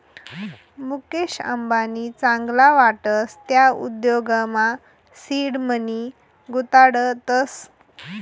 मुकेश अंबानी चांगला वाटस त्या उद्योगमा सीड मनी गुताडतस